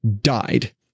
died